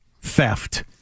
theft